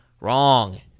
Wrong